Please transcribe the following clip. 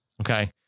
Okay